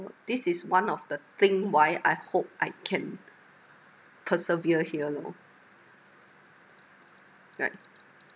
this is one of the thing why I hope I can persevere here lor right